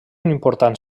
important